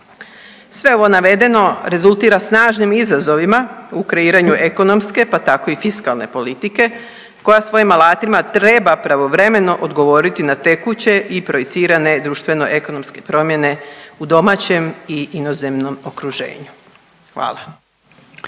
Sve ovo navedeno rezultira snažnim izazovima u kreiranju ekonomske, pa tako i fiskalne politike koja svojim alatima treba pravovremeno odgovoriti na tekuće i projicirane društveno-ekonomske promjene u domaćem i inozemnom okruženju. Hvala.